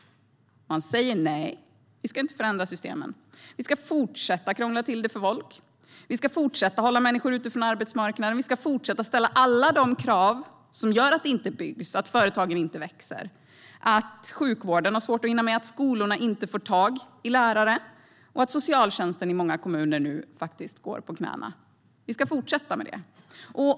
Man säger: Nej, vi ska inte förändra systemen. Vi ska fortsätta att krångla till det för folk. Vi ska fortsätta att hålla människor ute från arbetsmarknaden. Vi ska fortsätta att ställa alla de krav som gör att det inte byggs, att företagen inte växer, att sjukvården har svårt att hinna med, att skolorna inte får tag i lärare och att socialtjänsten i många kommuner nu går på knäna. Vi ska fortsätta med det.